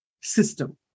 system